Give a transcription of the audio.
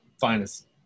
finest